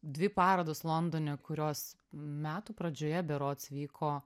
dvi parodos londone kurios metų pradžioje berods vyko